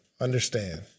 Understand